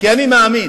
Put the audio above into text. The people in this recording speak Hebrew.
כי אני מאמין,